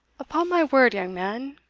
upon my word, young man,